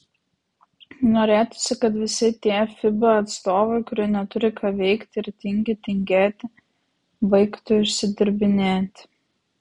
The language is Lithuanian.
norėtųsi kad visi tie fiba atstovai kurie neturi ką veikti ir tingi tingėti baigtų išsidirbinėti